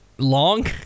long